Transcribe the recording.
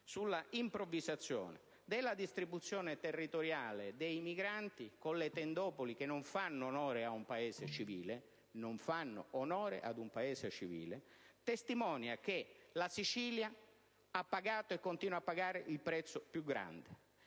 sull'improvvisazione della distribuzione territoriale dei migranti con le tendopoli, che non fanno onore ad un Paese civile, testimoniano che la Sicilia ha pagato e continua a pagare il prezzo più alto,